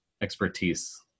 expertise